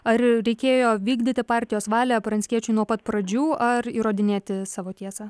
ar reikėjo vykdyti partijos valią pranckiečiui nuo pat pradžių ar įrodinėti savo tiesą